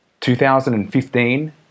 2015